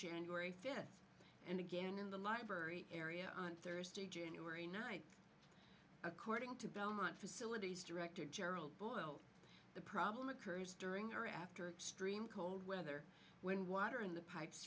january fifth and again in the library area on thursday january ninth according to belmont facilities director gerald boyle the problem occurs during or after extreme cold weather when water in the pipes